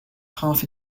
half